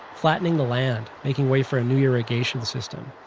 flattening the land, making way for a new irrigation system.